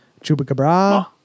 Chupacabra